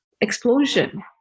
explosion